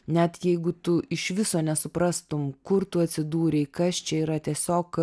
net jeigu tu iš viso nesuprastum kur tu atsidūrei kas čia yra tiesiog